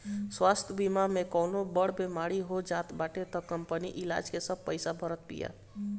स्वास्थ्य बीमा में कवनो बड़ बेमारी हो जात बाटे तअ कंपनी इलाज के सब पईसा भारत बिया